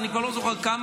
אני כבר לא זוכר כמה,